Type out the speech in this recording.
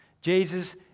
Jesus